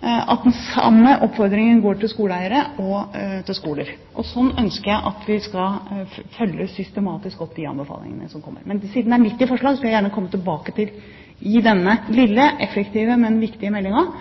at den samme oppfordringen går til skoleeiere og til skoler. Sånn ønsker jeg at vi skal følge systematisk opp de anbefalingene som kommer. Men siden det er 90 forslag, vil jeg gjerne komme tilbake til denne lille, effektive, men viktige